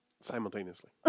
Simultaneously